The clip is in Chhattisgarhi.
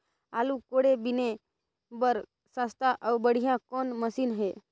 आलू कोड़े बीने बर सस्ता अउ बढ़िया कौन मशीन हे?